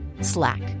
Slack